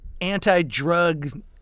anti-drug